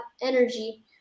energy